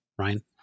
Ryan